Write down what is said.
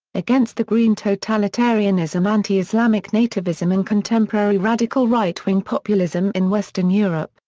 against the green totalitarianism anti-islamic nativism in contemporary radical right wing populism in western europe,